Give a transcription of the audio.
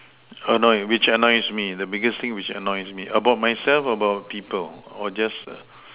annoy which annoys me the biggest thing which annoys me about myself about people or just